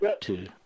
two